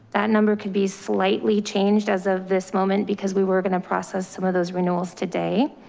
that number could be slightly changed as of this moment, because we were going to process some of those renewals today.